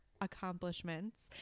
accomplishments